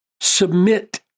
submit